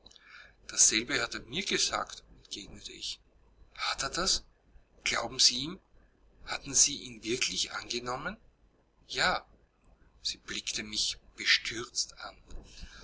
dasselbe hat er mir gesagt entgegnete ich hat er das glauben sie ihm haben sie ihn wirklich angenommen ja sie blickte mich bestürzt an